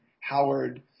Howard